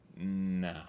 Nah